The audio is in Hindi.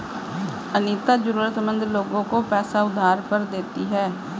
अनीता जरूरतमंद लोगों को पैसे उधार पर देती है